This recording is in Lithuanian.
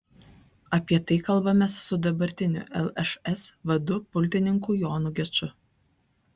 apie tai kalbamės su dabartiniu lšs vadu pulkininku jonu geču